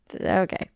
Okay